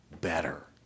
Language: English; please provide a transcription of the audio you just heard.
better